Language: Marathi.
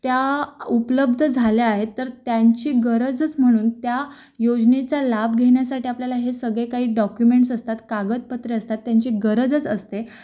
त्या उपलब्ध झाल्या आहेत तर त्यांची गरजच म्हणून त्या योजनेचा लाभ घेण्यासाठी आपल्याला हे सगळे काही डॉक्युमेंट्स असतात कागदपत्रे असतात त्यांची गरजच असते